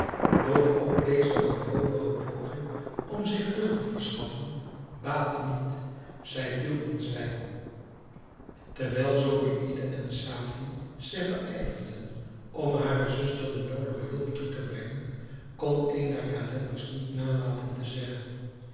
doch ook deze wanhopige poging om zich lucht te verschaffen baatte niet zij viel in zwijm terwijl zobeïde en safie zich beijverden om hare zuster de noodige hulp toe te brengen kon een der calenders niet nalaten te zeggen